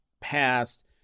past